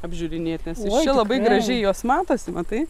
apžiūrinėt nes iš čia labai gražiai jos matosi matai